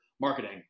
marketing